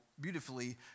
beautifully